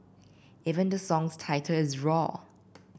even the song's title is roar